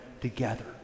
together